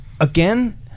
Again